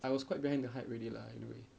I was quite behind the hype already lah in a way